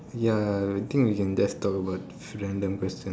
ya ya ya I think we can just talk about random questions